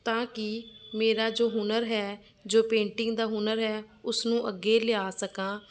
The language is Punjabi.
ਤਾਂ ਕਿ ਮੇਰਾ ਜੋ ਹੁਨਰ ਹੈ ਜੋ ਪੇਂਟਿੰਗ ਦਾ ਹੁਨਰ ਹੈ ਉਸਨੂੰ ਅੱਗੇ ਲਿਆ ਸਕਾਂ